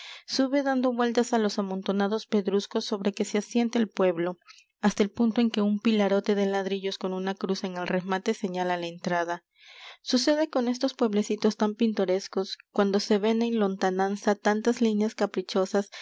sube dando vueltas á los amontonados pedruscos sobre que se asienta el pueblo hasta el punto en que un pilarote de ladrillos con una cruz en el remate señala la entrada sucede con estos pueblecitos tan pintorescos cuando se ven en lontananza tantas líneas caprichosas